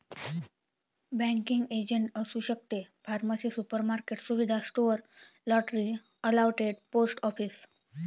banking agent असू शकते pharmacy supermarket सुविधा store lottery outlet post office